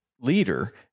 leader